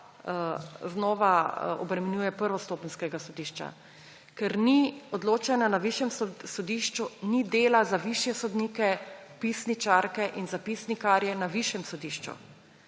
znova obremenjuje prvostopenjskega sodišča. Ker ni odločanja na višjem sodišču, ni dela za višje sodnike, vpisničarke in zapisnikarje na višjem sodišču.